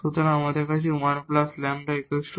সুতরাং আমাদের আছে 1λ 12